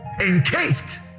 encased